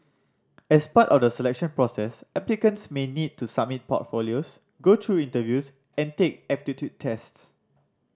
as part of the selection process applicants may need to submit portfolios go through interviews and take aptitude tests